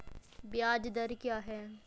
ब्याज दर क्या है?